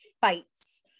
fights